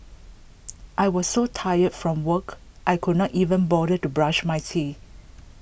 I was so tired from work I could not even bother to brush my teeth